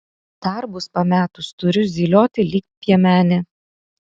darbus pametus turiu zylioti lyg piemenė